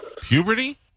Puberty